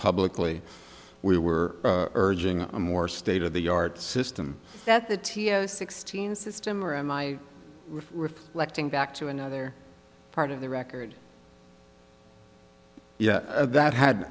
publicly we were urging a more state of the yard system that the t o sixteen system or in my reflecting back to another part of the record yeah that had